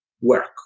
work